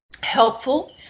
helpful